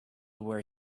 were